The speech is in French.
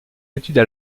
études